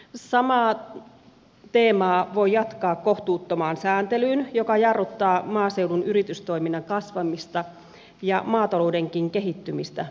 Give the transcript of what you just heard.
samaa teemaa voi jatkaa kohtuuttomaan sääntelyyn joka jarruttaa maaseudun yritystoiminnan kasvamista ja maataloudenkin kehittymistä merkittävästi